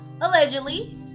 allegedly